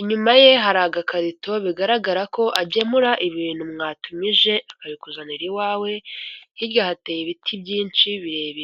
inyuma ye hari agakarito bigaragara ko agemura ibintu mwatumije akabikuzanira iwawe, hirya hateye ibiti byinshi birebire.